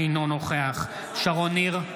אינו נוכח שרון ניר,